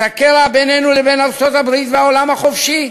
הקרע בינינו לבין ארצות-הברית והעולם החופשי,